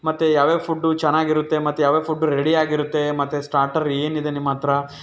ಮತ್ತು ಯಾವ್ಯಾವ ಫುಡ್ಡು ಚೆನ್ನಾಗಿರುತ್ತೆ ಮತ್ತು ಯಾವ್ಯಾವ ಫುಡ್ ರೆಡಿಯಾಗಿರುತ್ತೆ ಮತ್ತು ಸ್ಟಾರ್ಟರ್ ಏನಿದೆ ನಿಮ್ಮ ಹತ್ರ